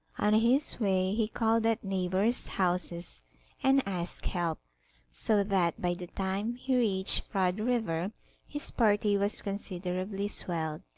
on his way he called at neighbours' houses and asked help so that by the time he reached frpd river his party was considerably swelled.